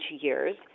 years